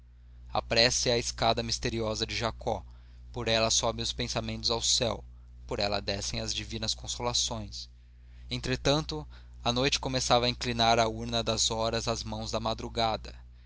a escada misteriosa de jacó por ela sobem os pensamentos ao céu por ela descem as divinas consolações entretanto a noite começava a inclinar a urna das horas às mãos da madrugada